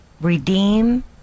redeem